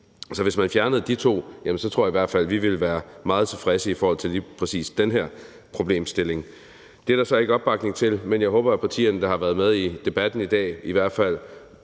Så hvis man fjernede de to, jamen så tror jeg i hvert fald, vi ville være meget tilfredse i forhold til lige præcis den her problemstilling. Det er der så ikke opbakning til, men jeg håber, at partierne, der har været med i debatten i dag, i hvert fald